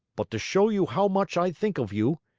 but to show you how much i think of you,